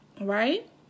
right